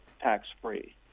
tax-free